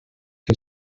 que